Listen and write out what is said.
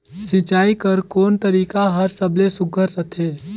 सिंचाई कर कोन तरीका हर सबले सुघ्घर रथे?